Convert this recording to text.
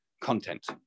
content